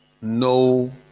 No